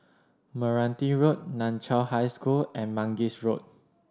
Meranti Road Nan Chiau High School and Mangis Road